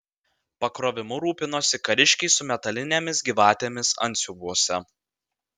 pakrovimu rūpinosi kariškiai su metalinėmis gyvatėmis antsiuvuose